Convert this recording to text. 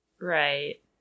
Right